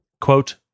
Quote